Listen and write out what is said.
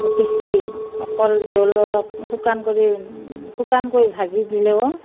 পিচি অকল জোল অলপ শুকান কৰি শুকান কৰি ভাজি দিলেও